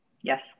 Yes